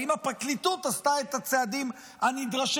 האם הפרקליטות עשתה את הצעדים הנדרשים